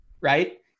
right